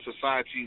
society